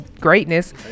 greatness